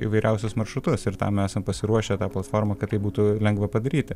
įvairiausius maršrutus ir tam esam pasiruošę tą platformą kad tai būtų lengva padaryti